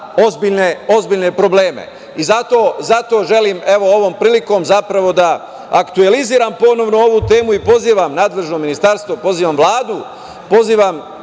ozbiljne probleme. Zato želim, evo ovom prilikom, zapravo da aktualiziram ponovo ovu temu i pozivam nadležno ministarstvo, pozivam Vladu, pozivam